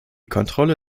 kontrolle